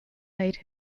made